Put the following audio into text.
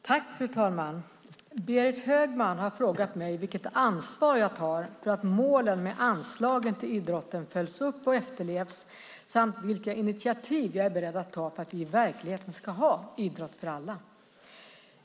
Fru talman! Berit Högman har frågat mig vilket ansvar jag tar för att målen med anslagen till idrotten följs upp och efterlevs samt vilka initiativ jag är beredd att ta för att vi i verkligheten ska ha idrott för alla.